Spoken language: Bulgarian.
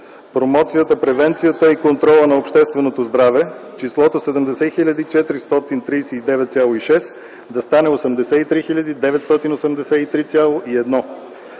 промоцията, превенцията и контрола на общественото здраве”, числото „70 439,6” да стане „83 983,1”;